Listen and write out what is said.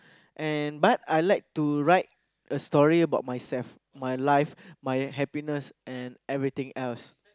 and but I like to write a story about myself my life my happiness and everything else